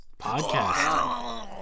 podcast